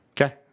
okay